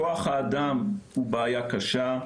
כוח האדם הוא בעיה קשה,